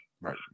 Right